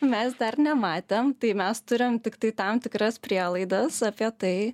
mes dar nematėm tai mes turim tiktai tam tikras prielaidas apie tai